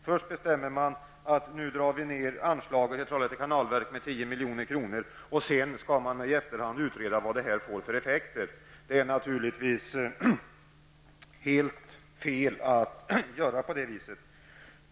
Först bestämmer man att anslagen till Trollhätte kanalverk skall dras ned med 10 milj.kr., och sedan skall man i efterhand utreda vilka effekter detta får. Det är naturligvis helt fel att göra på det sättet.